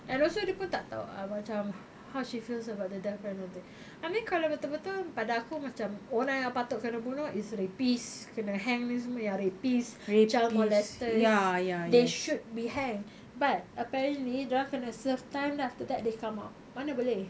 and also dia pun tak tahu ah macam how she feels about the death penalty I mean kalau betul-betul pada aku macam orang yang patut kena bunuh is rapist kena hang ni yang rapists child molesters they should be hanged but apparently dia orang kena serve time then after that they come out mana boleh